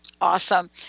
Awesome